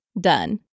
Done